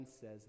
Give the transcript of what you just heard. says